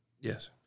Yes